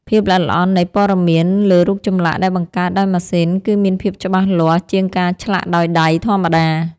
ភាពល្អិតល្អន់នៃព័ត៌មានលើរូបចម្លាក់ដែលបង្កើតដោយម៉ាស៊ីន គឺមានភាពច្បាស់លាស់ជាងការឆ្លាក់ដោយដៃធម្មតា។